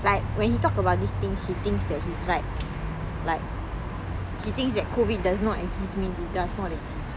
like when he talk about these things he thinks that he's right like he thinks that COVID does not exist mean it does not exist